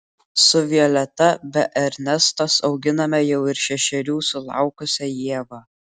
su violeta be ernestos auginame jau ir šešerių sulaukusią ievą